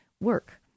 work